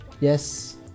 yes